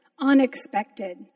unexpected